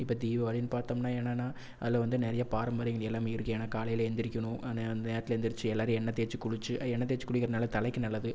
இப்போ தீபாவளின்னு பார்த்தோம்னா என்னென்னா அதில் வந்து நிறைய பாரம்பரியங்கள் எல்லாமே இருக்குது ஏன்னா காலையில் எழுந்திரிக்கணும் ஆனால் அந்த நேரத்தில் எழுந்திரித்து எல்லோரும் எண்ணெய் தேய்ச்சி குளித்து எண்ணெய் தேய்ச்சி குளிக்கிறதுனால் தலைக்கு நல்லது